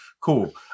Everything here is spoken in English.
cool